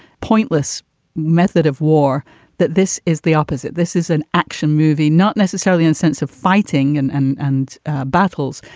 pointless method of war that this is the opposite. this is an action movie, not necessarily in sense of fighting and and and battles,